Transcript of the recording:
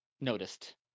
noticed